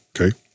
okay